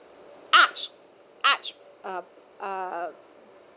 arch arch uh uh